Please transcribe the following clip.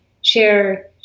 share